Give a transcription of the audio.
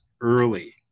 early